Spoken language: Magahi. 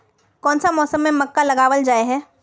कोन सा मौसम में मक्का लगावल जाय है?